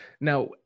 now